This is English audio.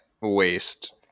waste